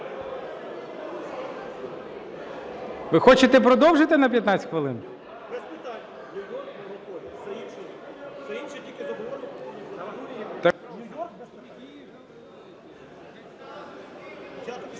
Ви хочете продовжити на 15 хвилин?